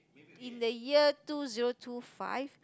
in the year two zero two five